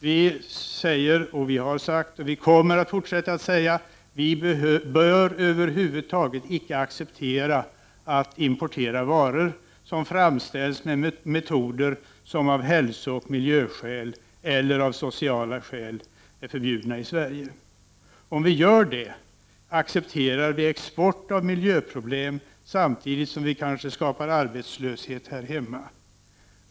Vi säger, vi har sagt och vi kommer att fortsätta att säga: Vi bör över huvud taget inte acceptera att importera varor som framställs med metoder som av hälsooch miljöskäl eller av sociala skäl är förbjudna i Sverige. Om vi gör det accepterar vi export av miljöproblem samtidigt som vi kanske skapar arbetslöshet här hemma.